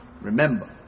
remember